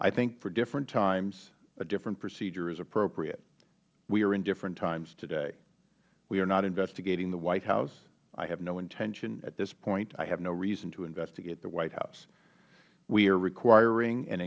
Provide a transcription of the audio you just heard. i think for different times a different procedure is appropriate we are in different times today we are not investigating the white house i have no intention at this point i have no reason to investigate the white house we are requiring and